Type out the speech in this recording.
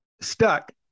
Stuck